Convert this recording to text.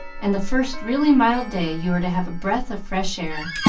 and the first really mild day you are to have a breath of fresh air.